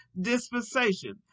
dispensation